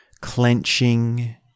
clenching